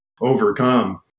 overcome